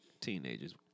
teenagers